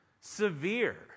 Severe